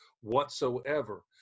whatsoever